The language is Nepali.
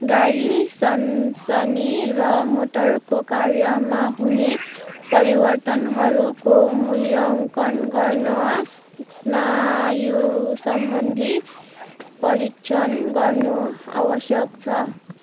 गाडी सनसनी र मोटरको कार्यमा हुने परिवर्तनहरूको मूल्याङ्कन गर्न स्नायुसम्बन्धी परीक्षण गर्नु आवश्यक छ